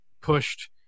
pushed